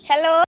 hello